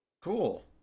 Cool